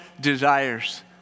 desires